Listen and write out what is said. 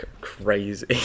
Crazy